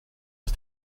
was